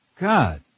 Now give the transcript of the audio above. God